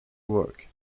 work